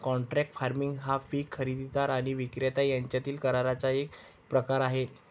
contract farming हा पीक खरेदीदार आणि विक्रेता यांच्यातील कराराचा एक प्रकार आहे